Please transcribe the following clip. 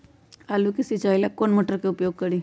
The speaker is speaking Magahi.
आलू के सिंचाई ला कौन मोटर उपयोग करी?